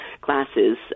classes